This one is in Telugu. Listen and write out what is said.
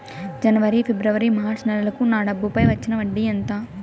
జనవరి, ఫిబ్రవరి, మార్చ్ నెలలకు నా డబ్బుపై వచ్చిన వడ్డీ ఎంత